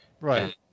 Right